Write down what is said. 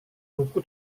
buku